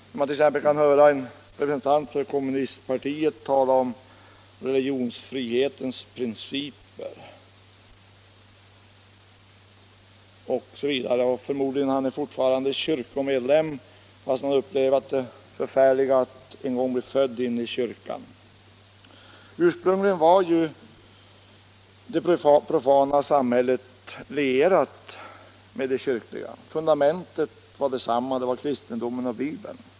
Man kan t.ex. här höra en representant för kommunistpartiet tala om religionsfrihetens principer osv. Han är förmodligen fortfarande kyrkomedlem, fast han upplevt det förfärliga att en gång bli född in i kyrkan. Ursprungligen var ju det profana samhället lierat med det kyrkliga. Fundamentet var detsamma — det var kristendomen och Bibeln.